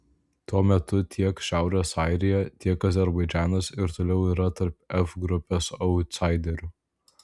tuo metu tiek šiaurės airija tiek azerbaidžanas ir toliau yra tarp f grupės autsaiderių